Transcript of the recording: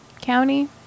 County